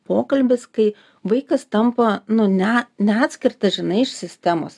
pokalbis kai vaikas tampa nu ne neatskirtas žinai iš sistemos